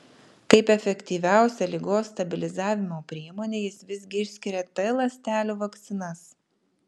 kaip efektyviausią ligos stabilizavimo priemonę jis visgi išskiria t ląstelių vakcinas